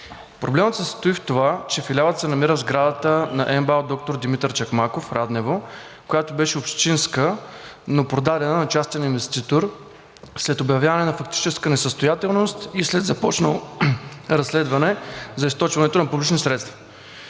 Проблемът се състои в това, че Филиалът се намира в сградата на МБАЛ „Доктор Димитър Чакмаков“ в Раднево, която беше общинска, но продадена на частен инвеститор след обявяване на фактическа несъстоятелност и след започнало разследване за източването на публични средства.